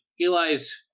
Eli's